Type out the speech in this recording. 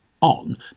on